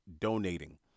donating